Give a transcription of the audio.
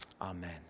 Amen